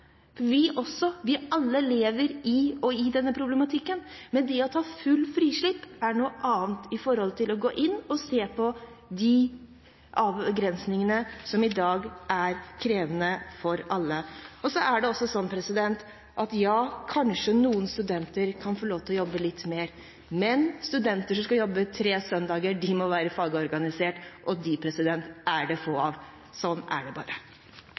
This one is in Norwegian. Vi lever alle i denne problematikken, men det å ha fullt frislipp, er noe annet enn å gå inn og se på de avgrensingene som i dag er krevende for alle. Det er sånn at noen studenter kanskje kan få lov til å jobbe litt mer. Men studenter som skal jobbe tre søndager, må være fagorganisert, og dem er det få av. Sånn er det bare.